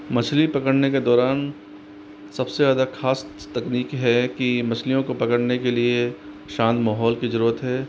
मछली पकड़ने के दौरान सबसे ज़्यादा ख़ास तकनीक है की मछलियों को पकड़ने के लिए शांत माहौल की ज़रूरत है